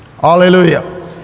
hallelujah